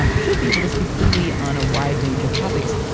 um should be able to speak freely on a wide range of topics,